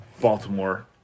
Baltimore